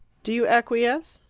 do you acquiesce?